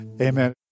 amen